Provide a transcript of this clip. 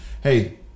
Hey